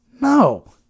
No